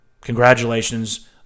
Congratulations